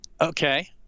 Okay